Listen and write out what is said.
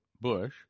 Bush